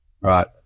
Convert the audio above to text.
Right